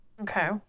Okay